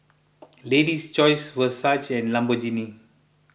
Lady's Choice Versace and Lamborghini